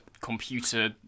computer